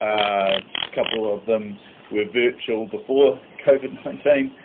a couple of them with virtual before covert and maintain,